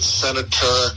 senator